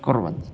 कुर्वन्ति